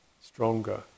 stronger